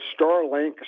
Starlink